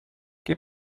che